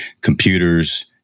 computers